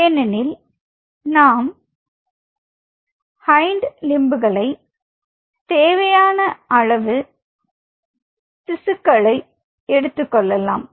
ஏனெனில் நாம் ஹைண்ட் லிம்ப்களை தேவையான அளவு திசுக்களை எடுத்துக்கொள்ளலாம்